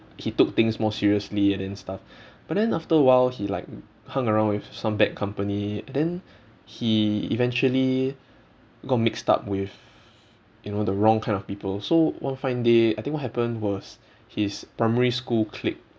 he took things more seriously and then stuff but then after a while he like hung around with some bad company and then he eventually got mixed up with you know the wrong kind of people so one fine day I think what happen was his primary school clique